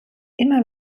immer